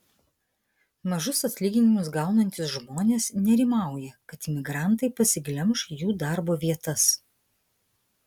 mažus atlyginimus gaunantys žmonės nerimauja kad imigrantai pasiglemš jų darbo vietas